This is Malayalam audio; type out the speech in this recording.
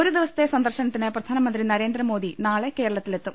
ഒരു ദിവസത്തെ സന്ദർശനത്തിന് പ്രധാനമന്ത്രി നരേന്ദ്രമോദി നാളെ കേരളത്തിലെത്തും